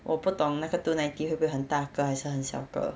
我不懂那个 two ninety 会不会很大个还是很小个